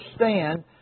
understand